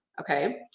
Okay